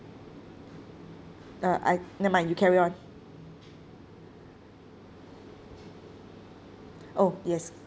uh I nevermind you carry on oh yes